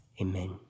Amen